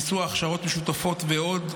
ביצוע הכשרות משותפות ועוד.